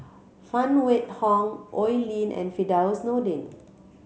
Phan Wait Hong Oi Lin and Firdaus Nordin